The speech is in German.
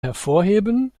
hervorheben